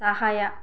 ಸಹಾಯ